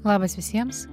labas visiems